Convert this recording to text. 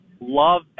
love